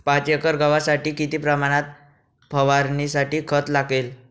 पाच एकर गव्हासाठी किती प्रमाणात फवारणीसाठी खत लागेल?